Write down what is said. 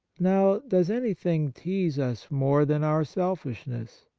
now, does anything tease us more than our selfishness?